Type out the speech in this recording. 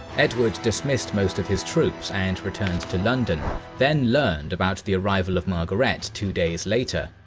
edward dismissed most of his troops and returned to london then learned about the arrival of margaret two days later.